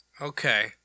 Okay